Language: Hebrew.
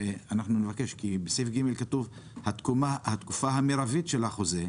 כי בסעיף קטן (ג) כתוב: "התקופה המרבית של החוזה",